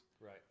Right